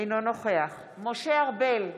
אינו נוכח משה ארבל,